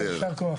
תודה רבה לכולם.